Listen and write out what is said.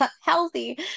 healthy